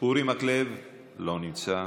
אורי מקלב, לא נמצא.